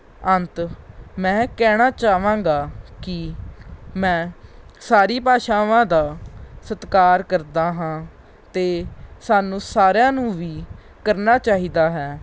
ਅੰਤ ਮੈਂ ਕਹਿਣਾ ਚਾਹਾਂਗਾ ਕਿ ਮੈਂ ਸਾਰੀ ਭਾਸ਼ਾਵਾਂ ਦਾ ਸਤਿਕਾਰ ਕਰਦਾ ਹਾਂ ਅਤੇ ਸਾਨੂੰ ਸਾਰਿਆਂ ਨੂੰ ਵੀ ਕਰਨਾ ਚਾਹੀਦਾ ਹੈ